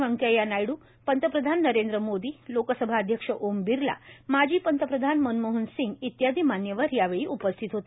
वेंकय्या नायडू पंतप्रधान नरेंद्र मोदी लोकसभा अध्यक्ष ओम बिरला माजी पंतप्रधान मनमोहन सिंग इत्यादी मान्यवर यावेळी उपस्थित होते